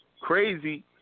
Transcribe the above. crazy